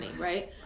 right